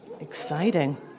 Exciting